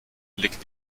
liegt